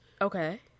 Okay